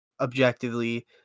objectively